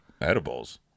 Edibles